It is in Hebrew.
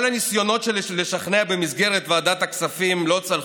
כל הניסיונות שלי לשכנע במסגרת ועדת הכספים לא צלחו,